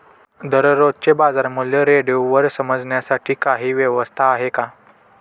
दररोजचे बाजारमूल्य रेडिओवर समजण्यासाठी काही व्यवस्था आहे का?